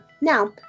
Now